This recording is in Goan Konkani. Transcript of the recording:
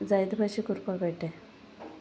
जायते भाशे करपा कळटा